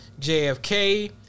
JFK